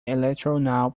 electronow